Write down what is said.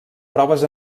proves